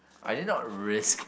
I did not risk